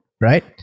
right